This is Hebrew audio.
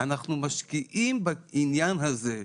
אנחנו משקיעים בעניין הזה.